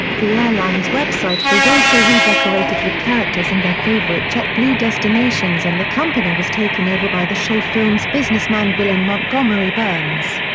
the airline's website was also redecorated with characters and their favorite jetblue destinations and the company was taken over by the show film's businessman villain montgomery burns.